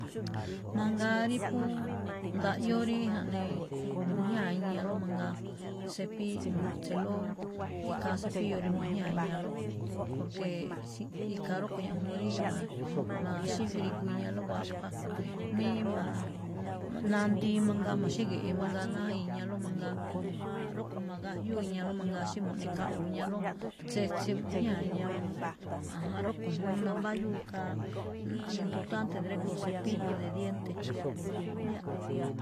Mangaa rí phúú ndaꞌyóo rí ja̱ꞌnee mu̱jñáa iñaló mangaa, cepillo, mu̱ꞌtselóó ikhaa cepillo rí mu̱jñáa iñalóꞌ, porque xíꞌ-ikhaa rúꞌkho̱ ñajuun rí ma̱-ma̱xífrigu iñaló wapha. Mí ma̱a̱-nandii mangaa ma̱xígi̱ꞌi̱ mangaa ná iñaló mangaa. Rúꞌkho̱ ma̱gajyúu iñaló mangaa xí mo̱ꞌne̱khaꞌwu̱u iñaló, tsetse mu̱jñáa iñalóꞌ. Aján, rúꞌkho̱ juun nambáyúu khaa, importante drégo̱o̱ cepillo de diente.